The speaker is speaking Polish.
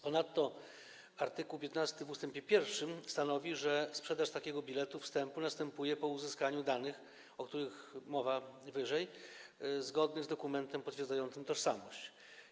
Ponadto art. 15 w ust. 1 stanowi, że sprzedaż takiego biletu wstępu następuje po uzyskaniu danych, o których mowa wyżej, zgodnych z dokumentem potwierdzającym tożsamość.